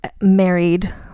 married